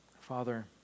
Father